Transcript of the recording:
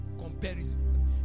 comparison